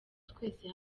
twese